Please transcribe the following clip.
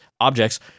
objects